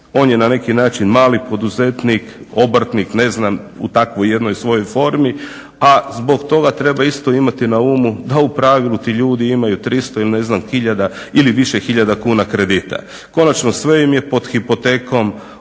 on je na neki način mali poduzetnik, obrtnik ne znam u takvoj jednoj svojoj formi. A zbog toga treba isto imati na umu da u pravilu ti ljudi imaju 300 i ne znam tisuća ili više tisuća kuna kredita. Konačno, sve im je pod hipotekom, od